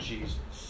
Jesus